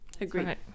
Agreed